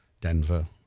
Denver